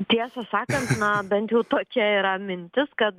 tiesą sakant na bent jau tokia yra mintis kad